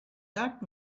that